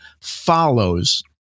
follows